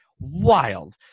wild